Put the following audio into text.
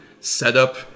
setup